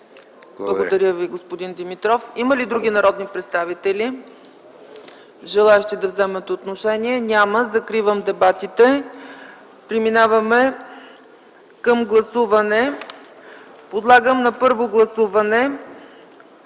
Благодаря Ви, господин Димитров. Има ли други народни представители, желаещи да вземат отношение? Няма. Закривам дебатите. Подлагам на първо гласуване